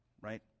right